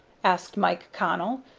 asked mike connell.